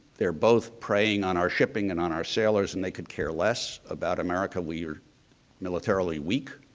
they're both praying on our shipping and on our sailors and they could care less about america, we're military weak.